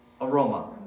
aroma